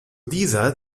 dieser